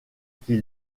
qui